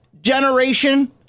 generation